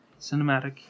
Cinematic